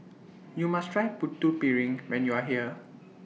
YOU must Try Putu Piring when YOU Are here